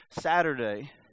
Saturday